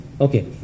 Okay